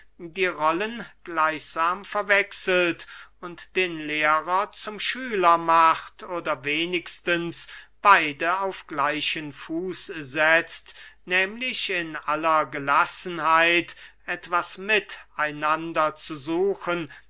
die rollen gleichsam verwechselt und den lehrer zum schüler macht oder wenigstens beide auf gleichen fuß setzt nehmlich in aller gelassenheit etwas mit einander zu suchen